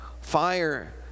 fire